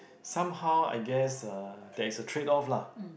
somehow I guess uh there is a trade off lah